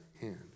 hand